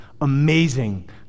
amazing